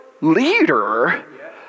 leader